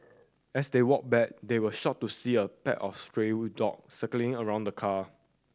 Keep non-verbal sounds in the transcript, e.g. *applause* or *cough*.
as they walked back they were shocked to see a pack of stray *unintelligible* dog circling around the car